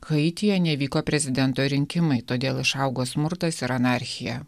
haityje nevyko prezidento rinkimai todėl išaugo smurtas ir anarchija